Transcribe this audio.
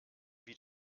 wie